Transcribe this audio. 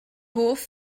hoff